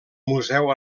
museu